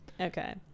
okay